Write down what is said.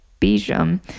Bijam